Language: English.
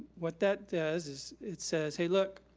what that does is it says, hey look,